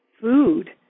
food